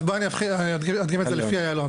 אז בוא אני אסביר ואני אגדים לכם את זה לפי איילון.